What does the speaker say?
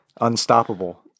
unstoppable